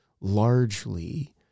largely